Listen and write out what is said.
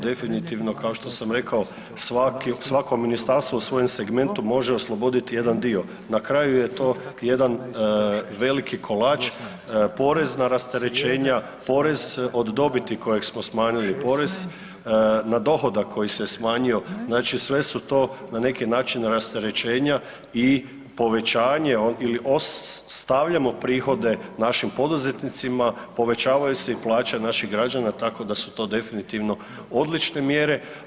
Definitivno, kao što sam rekao svako ministarstvo u svojem segmentu može osloboditi jedan dio, na kraju je to jedan veliki kolač, porezna rasterećenja, porez od dobiti kojeg smo smanjili, porez na dohodak koji se smanjio, znači sve su to na neki način rasterećenja i povećanje ili ostavljamo prihode našim poduzetnicima, povećavaju se i plaće naših građana, tako da su to definitivno odlične mjere.